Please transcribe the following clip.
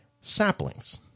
saplings